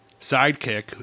Sidekick